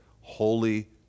holy